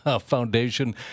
foundation